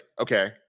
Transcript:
okay